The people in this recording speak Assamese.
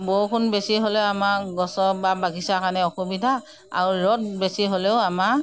বৰষুণ বেছি হ'লেও আমাৰ গছৰ বা বাগিচাৰ কাৰণে অসুবিধা আৰু ৰ'দ বেছি হ'লেও আমাৰ